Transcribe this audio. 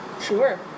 Sure